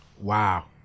Wow